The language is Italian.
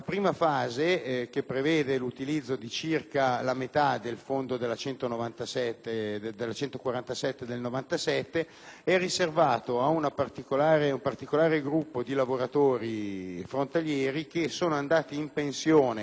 a favore di un particolare gruppo di lavoratori frontalieri che sono andati in pensione dopo l'anno 2000, subendo con ciò un'ulteriore beffa determinata dall'impossibilità